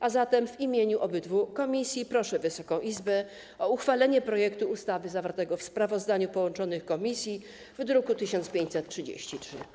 A zatem w imieniu obu komisji proszę Wysoką Izbę o uchwalenie projektu ustawy zawartego w sprawozdaniu połączonych komisji w druku nr 1553.